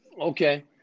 Okay